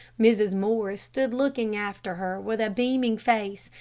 mrs. morris stood looking after her with a beaming face,